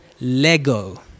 lego